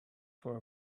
for